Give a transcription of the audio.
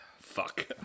Fuck